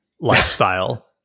lifestyle